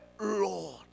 Lord